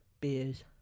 beers